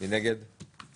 הצבעה